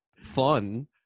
fun